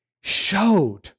showed